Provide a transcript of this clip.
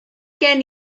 gen